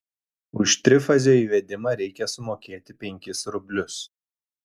už trifazio įvedimą reikia sumokėti penkis rublius